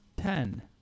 Ten